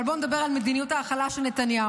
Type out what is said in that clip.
אבל בואו נדבר על מדיניות ההכלה של נתניהו.